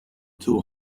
two